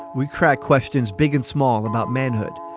we crack questions big and small about manhood.